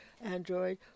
Android